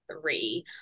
three